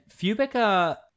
Fubica